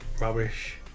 rubbish